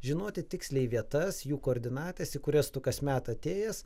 žinoti tiksliai vietas jų koordinatės į kurias tu kasmet atėjęs